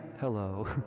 Hello